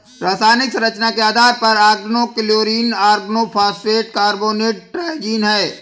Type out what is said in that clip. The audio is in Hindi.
रासायनिक संरचना के आधार पर ऑर्गेनोक्लोरीन ऑर्गेनोफॉस्फेट कार्बोनेट ट्राइजीन है